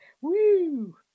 woo